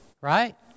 Right